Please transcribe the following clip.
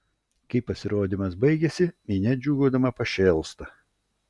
kai pasirodymas baigiasi minia džiūgaudama pašėlsta